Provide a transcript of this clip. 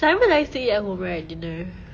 simon likes to eat at home right dinner